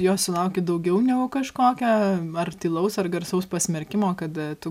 jos sulauki daugiau negu kažkokio ar tylaus ar garsaus pasmerkimo kad tu